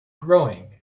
growing